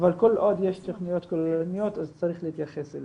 אבל כל עוד יש תכניות כוללניות אז צריך להתייחס אליהם.